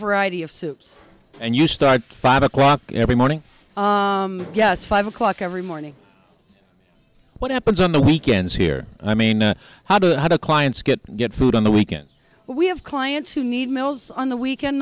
variety of soups and you start five o'clock every morning yes five o'clock every morning what happens on the weekends here i mean how do the how to clients get good food on the weekends we have clients who need mills on the weekend